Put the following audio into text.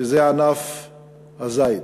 וזה ענף הזית.